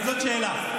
זאת שאלה.